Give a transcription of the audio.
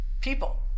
People